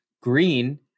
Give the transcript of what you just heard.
Green